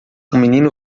menino